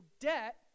debt